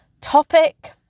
topic